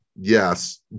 yes